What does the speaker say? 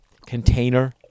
container